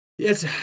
Yes